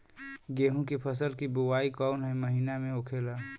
गेहूँ के फसल की बुवाई कौन हैं महीना में होखेला?